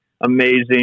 amazing